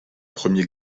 premier